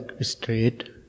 straight